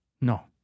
No